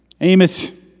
Amos